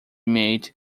made